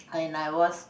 and I was